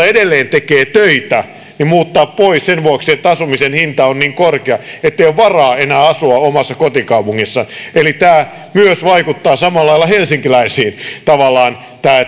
edelleen tekevät töitä sen vuoksi että asumisen hinta on niin korkea ettei ole varaa enää asua omassa kotikaupungissa eli tämä myös vaikuttaa samalla lailla helsinkiläisiin tavallaan se